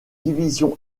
division